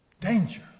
Danger